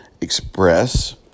express